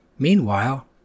Meanwhile